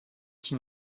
qui